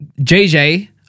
JJ